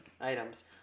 items